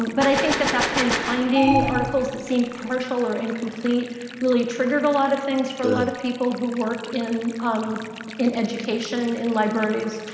but i think that that kind of finding articles that seem partial or incomplete really triggered a lot of things for a lot of people who work in um in education, in libraries,